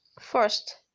First